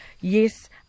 Yes